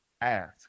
ask